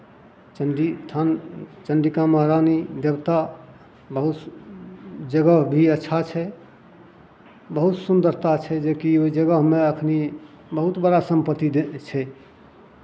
चण्डी थान चण्डिका महरानी देवता बहुत जगह भी अच्छा छै बहुत सुन्दरता छै जेकि ओहि जगहमे एखन बहुत बड़ा सम्पति छै